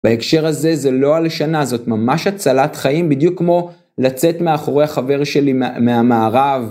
בהקשר הזה זה לא הלשנה, זאת ממש הצלת חיים, בדיוק כמו לצאת מאחורי החבר שלי מהמערב.